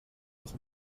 als